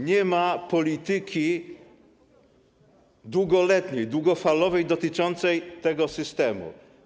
Nie ma polityki długoletniej, długofalowej, dotyczącej tego systemu.